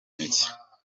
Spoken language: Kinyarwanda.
mike